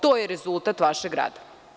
To je rezultat vašeg rada.